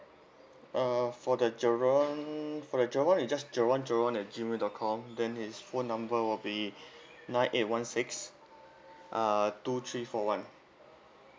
uh for the jerone for the jerone it just jerone jerone at G mail dot com then his phone number will be nine eight one six uh two three four one